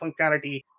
functionality